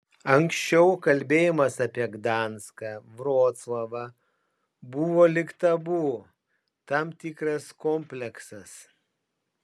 anksčiau kalbėjimas apie gdanską vroclavą buvo lyg tabu tam tikras kompleksas